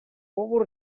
would